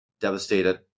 devastated